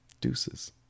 Deuces